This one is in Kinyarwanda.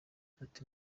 ati